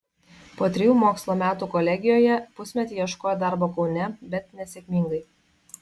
po trejų mokslo metų kolegijoje pusmetį ieškojo darbo kaune bet nesėkmingai